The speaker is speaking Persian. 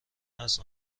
است